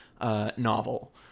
novel